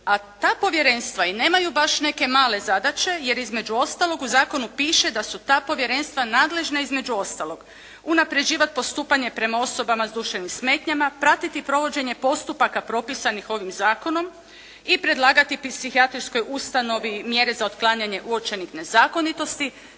a taj povjerenstva i nemaju baš neke male zadaće jer između ostalog u zakonu piše da su ta povjerenstva nadležna između ostalog unaprjeđivati postupanje prema osobama s duševnim smetnjama, pratiti provođenje postupaka propisanih ovim zakonom i predlagati psihijatrijskoj ustanovi mjere za otklanjanje uočenih nezakonitosti,